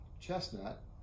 Chestnut